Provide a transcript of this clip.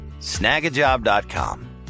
snagajob.com